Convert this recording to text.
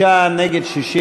בעד, 46, נגד,